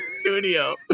studio